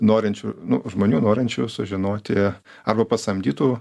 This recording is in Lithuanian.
norinčių žmonių norinčių sužinoti arba pasamdytų